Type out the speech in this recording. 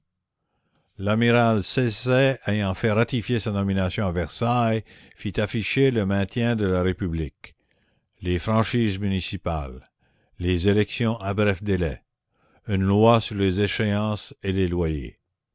l'amiral saisset ayant fait ratifier sa nomination à versailles fit afficher le maintien de la république les franchises municipales les élections à bref délai une loi sur les échéances et les loyers